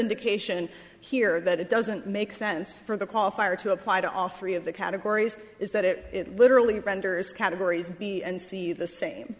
indication here that it doesn't make sense for the qualifier to apply to all three of the categories is that it literally renders categories b and c the same